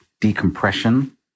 decompression